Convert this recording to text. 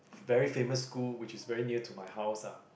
very famous school which is very near to my house ah